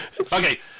Okay